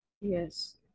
yes